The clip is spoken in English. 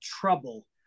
trouble